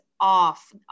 off